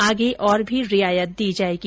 आगे और भी रियायत दी जाएगी